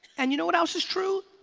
and you know what else is true,